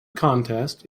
contest